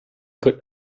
could